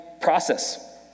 process